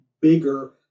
bigger